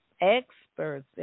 experts